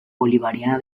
bolivariana